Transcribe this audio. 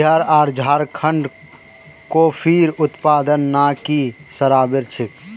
बिहार आर झारखंडत कॉफीर उत्पादन ना के बराबर छेक